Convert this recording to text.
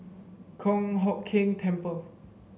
Kong Hock Keng Temple